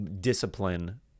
discipline